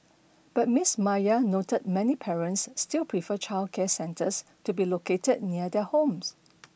but Miss Maya noted many parents still prefer childcare centres to be located near their homes